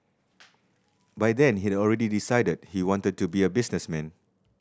by then he had already decided he wanted to be a businessman